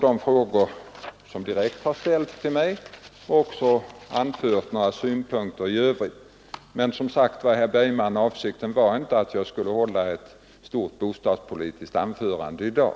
I det uppdrag som boendeutredningen har ligger ju att pröva hur man skall kunna åstadkomma en bättre avvägning i det här avseendet. Fru talman! Jag skall så beröra ett par saker som har tagits upp i diskussionen här.